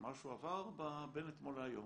משהו עבר בין אתמול להיום,